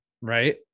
Right